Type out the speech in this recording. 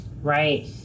right